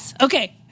Okay